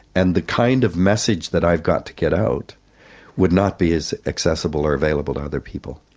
and the kind of message that i've got to get out would not be as accessible or available to other people.